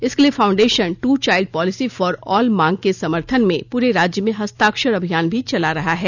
इसके लिए foundation two child policy for all मांग के समर्थन में पूरे राज्य में हस्ताक्षर अभियान भी चला रहा है